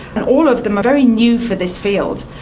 and all of them are very new for this field.